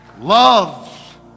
Love